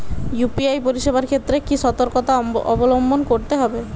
UPI পরিসেবার ক্ষেত্রে কি সতর্কতা অবলম্বন করতে হবে?